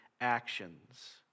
actions